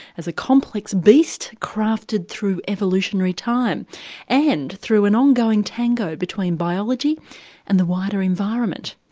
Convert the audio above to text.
as a complex beast crafted through evolutionary time and through an ongoing tango between biology and the wider environment.